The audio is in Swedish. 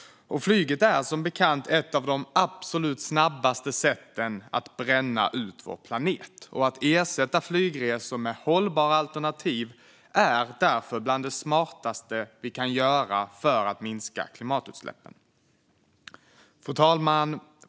Flyget är, som bekant, ett av de absolut snabbaste sätten att bränna ut vår planet. Att ersätta flygresor med hållbara alternativ är därför bland det smartaste vi kan göra för att minska klimatutsläppen. Fru talman!